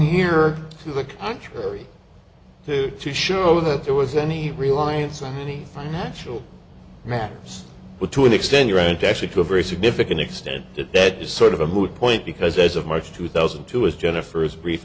here to the contrary to show that there was any reliance on any financial matters but to an extent your aunt actually to a very significant extent that that is sort of a moot point because as of march two thousand and two is jennifer his brief